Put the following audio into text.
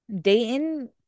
Dayton